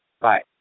Bye